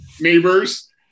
Neighbors